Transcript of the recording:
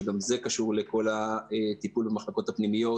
שגם זה קשור לכל הטיפול במחלקות הפנימיות